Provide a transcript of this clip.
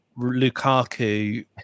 Lukaku